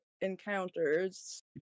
encounters